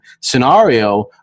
scenario